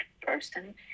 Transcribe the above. person